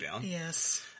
Yes